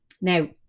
now